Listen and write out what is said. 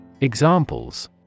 Examples